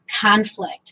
conflict